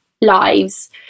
lives